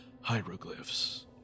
hieroglyphs